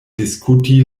diskuti